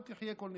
לא תחיה כל נשמה.